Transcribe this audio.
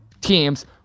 teams